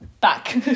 back